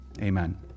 amen